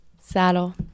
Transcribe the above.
saddle